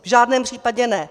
V žádném případě ne.